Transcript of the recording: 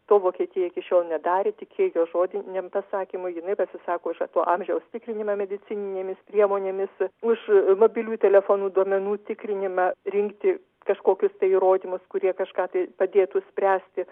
to vokietija iki šiol nedarė tikėjo žodiniu pasakymu jinai pasisako už to amžiaus tikrinimą medicininėmis priemonėmis už mobiliųjų telefonų duomenų tikrinimą rinkti kažkokius įrodymus kurie kažką tai padėtų spręsti